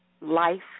life